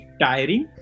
tiring